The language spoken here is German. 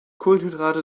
kohlenhydrate